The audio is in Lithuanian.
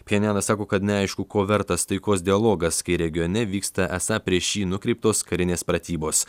pchenjanas sako kad neaišku ko vertas taikos dialogas kai regione vyksta esą prieš jį nukreiptos karinės pratybos